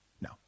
No